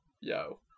yo